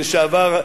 לשעבר,